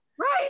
Right